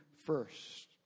first